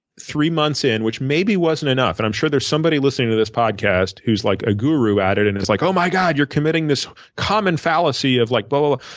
three months in, which maybe wasn't enough and i'm sure there's somebody listening to this podcast who's like a guru at it and is like, oh my god, you're committing this common fallacy of like, but blah,